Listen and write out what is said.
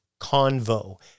Convo